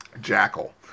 Jackal